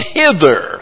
hither